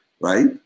Right